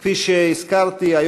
כפי שהזכרתי,